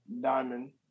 Diamond